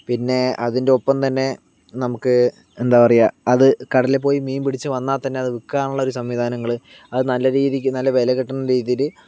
പിന്നെ അതിൻറെ ഒപ്പം തന്നെ നമുക്ക് എന്താ പറയുക അത് കടലിൽ പോയി മീൻ പിടിച്ചു വന്നാൽ തന്നെ അത് വിൽക്കാനുള്ള ഒരു സംവിധാനങ്ങൾ അത് നല്ല രീതിക്ക് നല്ല വില കിട്ടുന്ന രീതിയില്